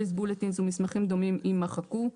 bulletins ומסמכים דומים" - יימחקו.